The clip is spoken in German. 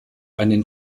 einen